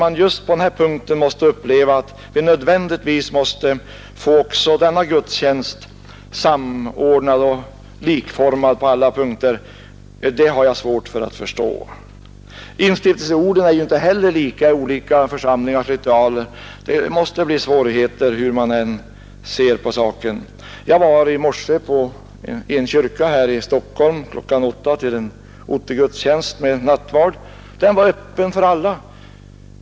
Jag har svårt att förstå varför man skall behöva uppleva att vi nödvändigtvis måste få också denna gudstjänst på alla punkter samordnad och likformad. Instiftelseorden är ju inte heller desamma i skilda församlingars ritual. Hur man än ser på saken måste det därför alltid uppstå svårigheter. Jag var i morse kl. 8 i en kyrka här i Stockholm, där jag deltog i en ottegudstjänst med nattvard. Den var öppen för alla.